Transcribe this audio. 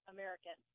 American